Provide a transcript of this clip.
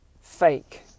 fake